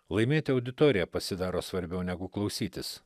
laimėti auditoriją pasidaro svarbiau negu klausytis